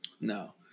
No